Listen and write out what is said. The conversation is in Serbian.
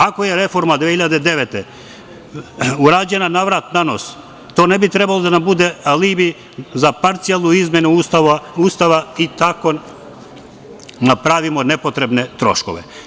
Ako je reforma 2009. godine urađena navrat-nanos, to ne bi trebalo da nam bude alibi za parcijalnu izmenu Ustava i tako napravimo nepotrebne troškove.